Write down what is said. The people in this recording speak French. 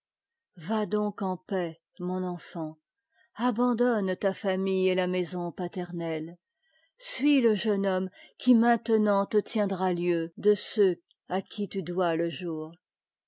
va donc en paix mon enfant abandonne ta famille et la maison paternelle suis le jeune m homme qui maintenant te tiendra lieu de ceux à qui tu dois le jour